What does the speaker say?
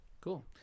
Cool